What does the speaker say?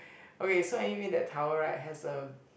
okay so anyway that tower right has a